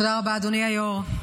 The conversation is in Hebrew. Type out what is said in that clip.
תודה רבה, אדוני היו"ר.